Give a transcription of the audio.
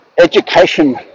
education